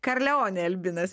karlionė albinas